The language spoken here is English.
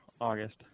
August